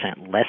less